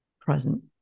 present